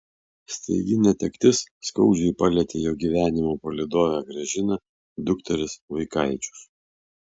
staigi netektis skaudžiai palietė jo gyvenimo palydovę gražiną dukteris vaikaičius